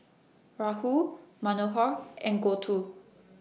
Rahul Manohar and Goutu